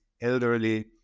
elderly